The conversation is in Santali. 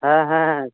ᱦᱮᱸ ᱦᱮᱸᱻ